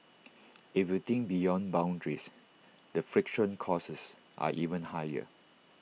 if you think beyond boundaries the friction causes are even higher